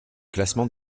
classement